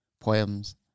poems